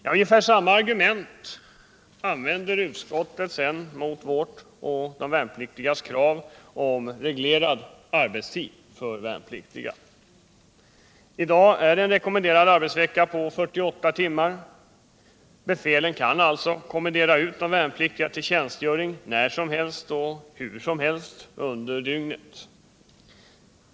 Ungefär samma argument används mot vårt och de värnpliktigas krav på reglerad arbetstid för värnpliktiga. I dag är det en rekommenderad arbetsvecka på 48 timmar. Befälen kan alltså kommendera ut de värnpliktiga till tjänstgöring när som helst och hur som helst under dygnet.